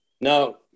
No